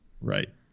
Right